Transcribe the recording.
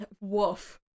Woof